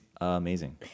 amazing